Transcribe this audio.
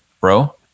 bro